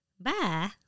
Bye